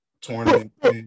tournament